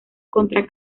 contra